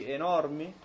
enormi